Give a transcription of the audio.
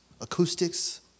Acoustics